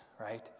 right